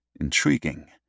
intriguing